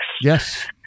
Yes